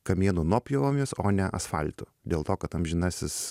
kamienų nuopjovomis o ne asfaltu dėl to kad amžinasis